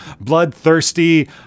bloodthirsty